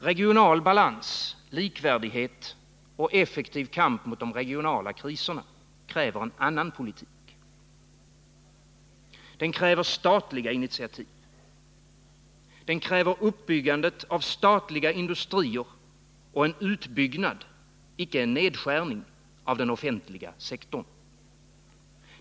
Regional balans, likvärdighet och effektiv kamp mot de regionala kriserna kräver en annan politik. Den kräver statliga initiativ. Den kräver uppbyggandet av statliga industrier och en utbyggnad — icke en nedskärning — av den offentliga sektorn.